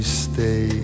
stay